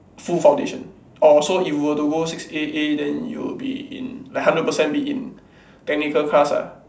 full foundation orh so you were to go six A A then you would be in like hundred percent be in technical class ah